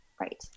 right